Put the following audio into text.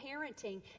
parenting